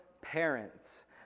parents